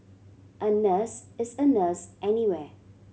a nurse is a nurse anywhere